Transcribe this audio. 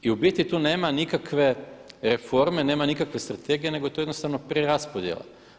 I u biti tu nema nikakve reforme, nema nikakve strategije nego to je jednostavno preraspodjela.